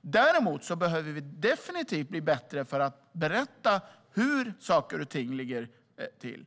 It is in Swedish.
Däremot behöver vi definitivt bli bättre på att berätta hur saker och ting ligger till.